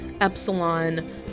Epsilon